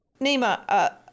Nima